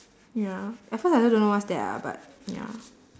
ya at first I also don't know what's that ah but ya